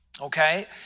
Okay